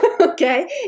Okay